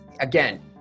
again